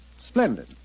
Splendid